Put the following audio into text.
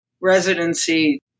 residency